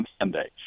Sunday